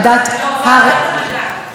נמנעים.